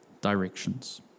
directions